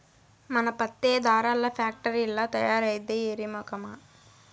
మన పత్తే దారాల్ల ఫాక్టరీల్ల తయారైద్దే ఎర్రి మొకమా